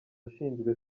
ashinzwe